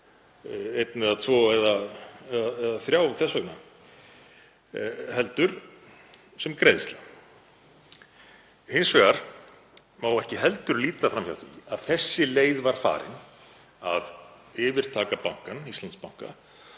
einn eða tvo eða þrjá þess vegna, heldur sem greiðsla. Hins vegar má ekki heldur líta fram hjá því að sú leið var farin að yfirtaka Íslandsbanka